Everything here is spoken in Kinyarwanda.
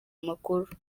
amakuru